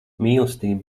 mīlestība